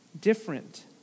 different